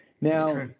Now